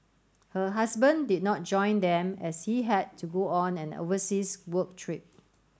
her husband did not join them as he had to go on an overseas work trip